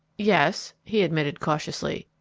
yes, he admitted cautiously.